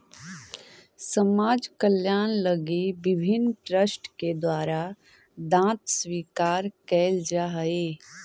समाज कल्याण लगी विभिन्न ट्रस्ट के द्वारा दांत स्वीकार कैल जा हई